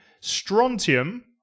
strontium